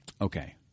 Okay